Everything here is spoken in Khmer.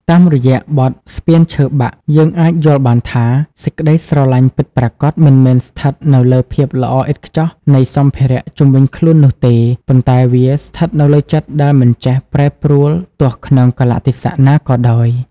តាមរយៈបទ "ស្ពានឈើបាក់" យើងអាចយល់បានថា សេចក្តីស្រឡាញ់ពិតប្រាកដមិនមែនស្ថិតនៅលើភាពល្អឥតខ្ចោះនៃសម្ភារៈជុំវិញខ្លួននោះទេ ប៉ុន្តែវាស្ថិតនៅលើចិត្តដែលមិនចេះប្រែប្រួលទោះក្នុងកាលៈទេសៈណាក៏ដោយ។